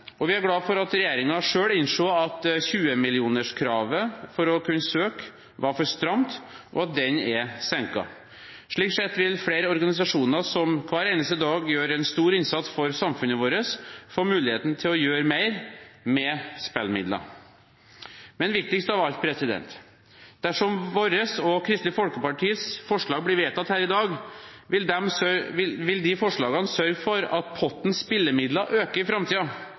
Og vi er glad for at regjeringen selv innser at kravet om 20 mill. kr for å kunne søke var for stramt, og at det er senket. Slik sett vil flere organisasjoner som hver eneste dag gjør en stor innsats for samfunnet vårt, få mulighet til å gjøre mer med spillemidler. Men viktigst av alt: Dersom våre og Kristelig Folkepartis forslag blir vedtatt her i dag, vil de forslagene sørge for at potten spillemidler øker i